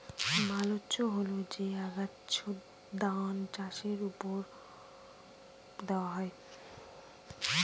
mulch হল যে আচ্ছাদন চাষের জমির ওপর দেওয়া হয়